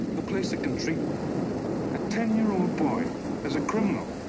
a place that can treat a ten year old boy as a criminal.